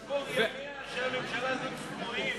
תספור, ימיה של הממשלה הזאת ספורים.